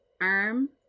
arm